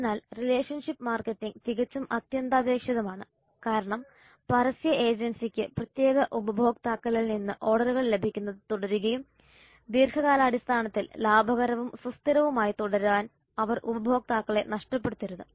അതിനാൽ relationship marketing തികച്ചും അത്യന്താപേക്ഷിതമാണ് കാരണം പരസ്യ ഏജൻസിക്ക് പ്രത്യേക ഉപഭോക്താക്കളിൽ നിന്ന് ഓർഡറുകൾ ലഭിക്കുന്നത് തുടരുകയും ദീർഘകാലാടിസ്ഥാനത്തിൽ ലാഭകരവും സുസ്ഥിരവുമായി തുടരാൻ അവർ ഉപഭോക്താക്കളെ നഷ്ടപ്പെടുത്തരുത്